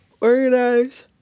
Organize